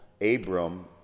Abram